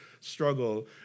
struggle